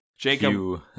Jacob